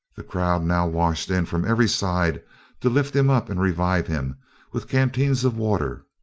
the crowd now washed in from every side to lift him up and revive him with canteens of water,